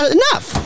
enough